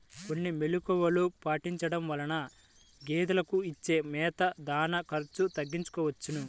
కొన్ని మెలుకువలు పాటించడం వలన గేదెలకు ఇచ్చే మేత, దాణా ఖర్చు తగ్గించుకోవచ్చును